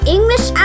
English